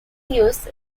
use